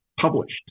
published